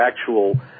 actual